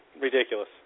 Ridiculous